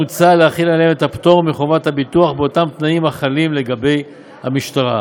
מוצע להחיל עליהם את הפטור מחובת הביטוח באותם תנאים החלים לגבי המשטרה.